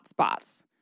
hotspots